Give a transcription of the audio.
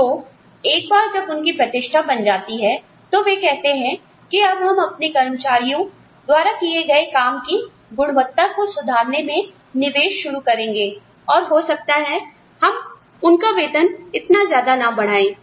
तो एकबार जब उनकी प्रतिष्ठा बन जाती है तो वे कहते हैं कि अब हम अपने कर्मचारियों द्वारा किए गए काम की गुणवत्ता को सुधारने में निवेश शुरू करेंगे और हो सकता है हम उनका वेतन इतना ज्यादा ना बढ़ाएं